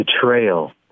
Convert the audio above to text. Betrayal